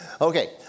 Okay